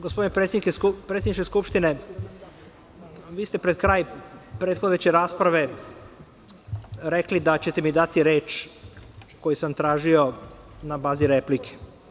Gospodine predsedniče Skupštine, vi ste pred kraj prethodeće rasprave rekli da ćete mi dati reč koju sam tražio na bazi replike.